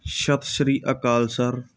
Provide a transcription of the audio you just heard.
ਸਤਿ ਸ਼੍ਰੀ ਅਕਾਲ ਸਰ